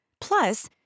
Plus